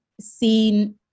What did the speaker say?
seen